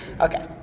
Okay